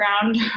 ground